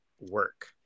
work